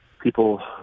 people